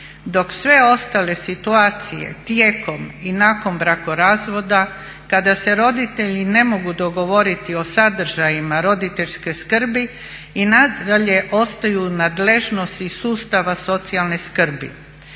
dok sve ostale situacije tijekom i nakon brakorazvoda kada se roditelji ne mogu dogovoriti o sadržajima roditeljske skrbi i nadalje ostaju u nadležnosti sustava socijalne skrbi.